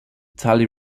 tally